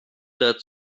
that